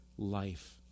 life